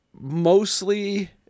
mostly